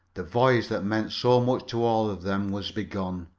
the voyage that meant so much to all of them was begun.